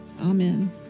Amen